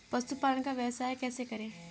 पशुपालन का व्यवसाय कैसे करें?